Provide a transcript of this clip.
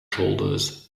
shoulders